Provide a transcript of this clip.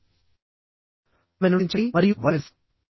ఆమెను నిందించకండి మరియు వైస్ వెర్సా